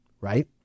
right